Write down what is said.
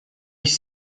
ich